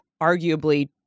arguably